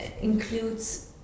includes